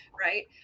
right